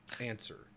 answer